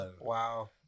Wow